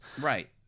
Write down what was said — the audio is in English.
Right